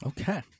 Okay